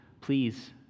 Please